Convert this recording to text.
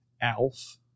ALF